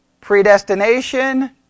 predestination